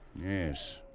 Yes